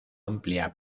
amplia